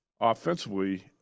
Offensively